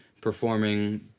performing